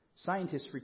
Scientists